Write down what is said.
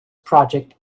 project